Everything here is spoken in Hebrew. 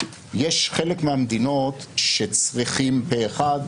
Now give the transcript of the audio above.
יש חלק מהמדינות בהן צריכים פה אחד,